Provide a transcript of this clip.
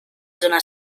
zona